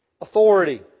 authority